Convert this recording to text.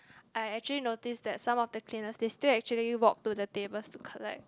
I actually notice that some of the cleaners they still actually walk to the tables to collect